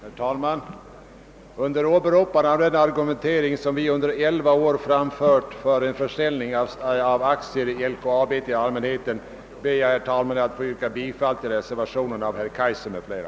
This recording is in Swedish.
Herr talman! Under åberopande av den argumentering som vi under elva år framfört för en försäljning till allmänheten av aktier i LKAB ber jag att få yrka bifall till reservationen av herr Kaijser m.fl.